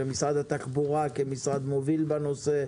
למשרד התחבורה כמשרד מוביל בנושא,